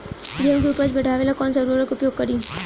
गेहूँ के उपज बढ़ावेला कौन सा उर्वरक उपयोग करीं?